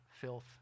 filth